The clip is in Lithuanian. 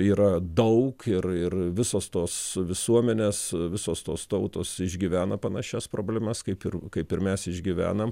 yra daug ir ir visos tos visuomenės visos tos tautos išgyvena panašias problemas kaip ir kaip ir mes išgyvenam